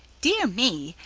dear me!